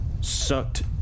sucked